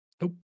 Nope